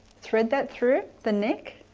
thread that through the neck